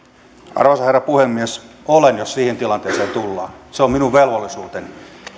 arvoisa herra puhemies olen jos siihen tilanteeseen tullaan se on minun velvollisuuteni